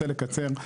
רוצה לקצר,